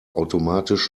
automatisch